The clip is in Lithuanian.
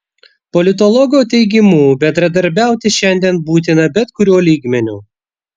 politologo teigimu bendradarbiauti šiandien būtina bet kuriuo lygmeniu